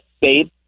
babe